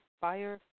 fire